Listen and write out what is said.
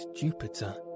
Jupiter